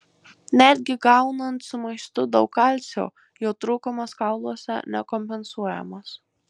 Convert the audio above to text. netgi gaunant su maistu daug kalcio jo trūkumas kauluose nekompensuojamas